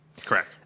Correct